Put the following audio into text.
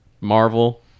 Marvel